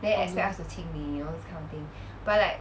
mm